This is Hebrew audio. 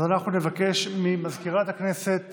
אז אנחנו נבקש ממזכירת הכנסת